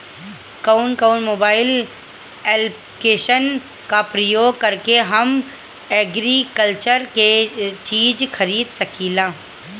कउन कउन mobile application का प्रयोग करके हम एग्रीकल्चर के चिज खरीद सकिला?